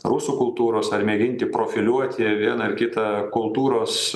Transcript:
rusų kultūros ar mėginti profiliuoti vieną ar kitą kultūros